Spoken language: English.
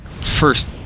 first